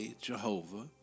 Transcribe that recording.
Jehovah